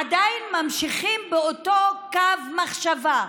עדיין ממשיכים באותו אותו קו מחשבה.